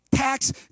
tax